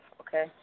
okay